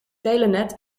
telenet